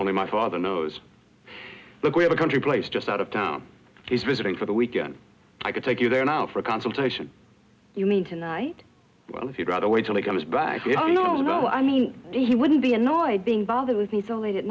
only my father knows that we have a country place just out of town he's visiting for the weekend i can take you there now for a consultation you mean tonight well if you'd rather wait till he comes back you know no i mean he wouldn't be annoyed being bothered with me so late at